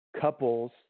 couples